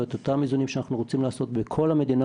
ואת אותם איזונים שאנחנו רוצים לעשות בכל המדינה,